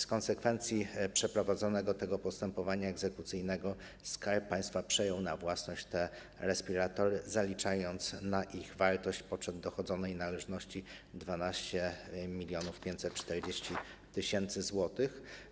W konsekwencji przeprowadzonego postępowania egzekucyjnego Skarb Państwa przejął na własność te respiratory, zaliczając ich wartość na poczet dochodzonej należności 12 540 tys. zł.